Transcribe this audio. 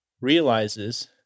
realizes